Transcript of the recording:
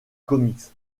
comics